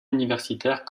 universitaire